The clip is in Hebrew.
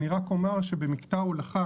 אני רק אומר שבמקטע הולכה